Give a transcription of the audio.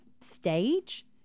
stage